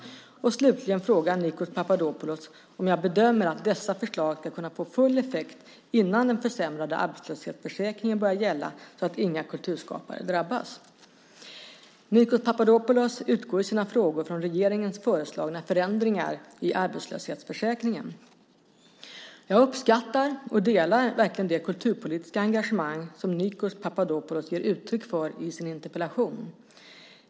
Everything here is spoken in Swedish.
Slutligen frågar Nikos Papadopoulos om jag bedömer att dessa förslag ska kunna få full effekt innan den försämrade arbetslöshetsförsäkringen börjar gälla så att inga kulturarbetare drabbas. Nikos Papadopoulos utgår i sina frågor från regeringens föreslagna förändringar i arbetslöshetsförsäkringen. Jag uppskattar och delar verkligen det kulturpolitiska engagemang som Nikos Papadopoulos ger utryck för i sin interpellation.